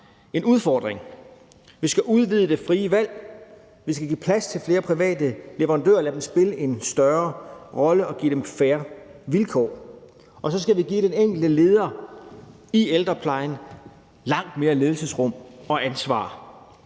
en udfordring. Vi skal udvide det frie valg. Vi skal give plads til flere private leverandører, lade dem spille en større rolle og give dem fair vilkår, og så skal vi give den enkelte leder i ældreplejen langt mere ledelsesrum og ansvar.